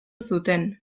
zuten